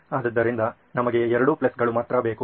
ಆದ್ದರಿಂದ ನಮಗೆ ಎರಡೂ ಪ್ಲಸ್ ಗಳು ಮಾತ್ರ ಬೇಕು